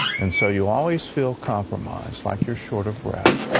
and so you always feel compromised, like you're short of breath.